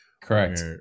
Correct